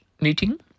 meeting